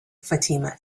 fatima